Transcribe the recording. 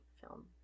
film